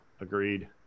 agreed